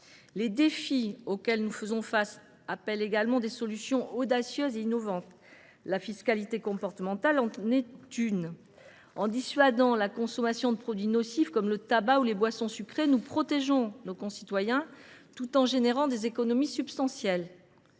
Les défis auxquels nous faisons face appellent également des solutions audacieuses et innovantes. La fiscalité comportementale en est une : en dissuadant la consommation de produits nocifs comme le tabac ou les boissons sucrées, nous protégeons nos concitoyens tout en réalisant des économies substantielles.